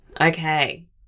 Okay